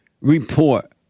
report